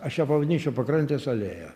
aš ją pavadinčiau pakrantės alėja